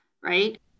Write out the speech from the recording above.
right